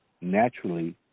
naturally